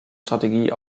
strategie